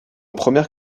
première